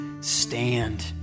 stand